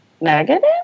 negative